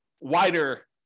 wider